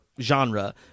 Genre